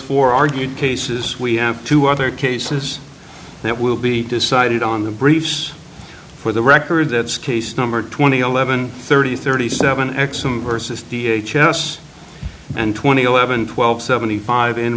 four argued cases we have two other cases that will be decided on the briefs for the record that's case number twenty eleven thirty thirty seven ex some versus d h s n twenty eleven twelve seventy five in